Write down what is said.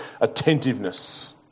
attentiveness